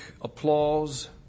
applause